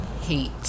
hate